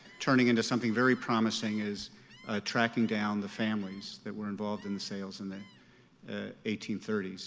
turning into something very promising is tracking down the families that were involved in the sales in the eighteen thirty